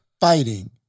fighting